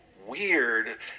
weird